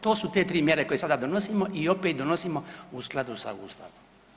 To su te 3 mjere koje sada donosimo i opet ih donosimo u skladu s Ustavom.